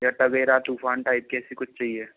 या Tavera Toofan type की ऐसी कुछ चाहिए